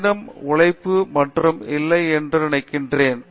கடின உழைப்புக்கு மாற்று இல்லை என்று நினைக்கிறேன்